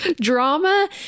drama